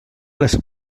les